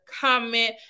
comment